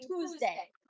Tuesday